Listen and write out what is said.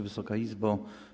Wysoka Izbo!